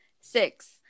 six